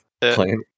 playing